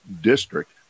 district